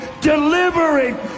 delivering